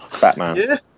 Batman